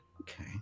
Okay